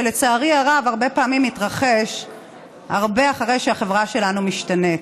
שלצערי הרב הרבה פעמים מתרחש הרבה אחרי שהחברה שלנו משתנית.